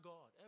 God